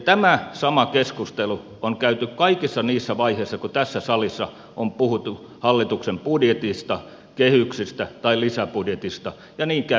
tämä sama keskustelu on käyty kaikissa niissä vaiheissa kun tässä salissa on puhuttu hallituksen budjetista kehyksistä tai lisäbudjetista ja niin käy myös nyt